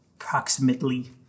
approximately